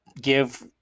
give